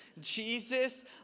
Jesus